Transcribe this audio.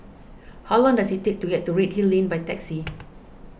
how long does it take to get to Redhill Lane by taxi